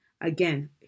Again